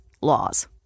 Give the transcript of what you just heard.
laws